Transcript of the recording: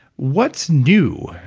what's new?